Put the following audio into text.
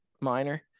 minor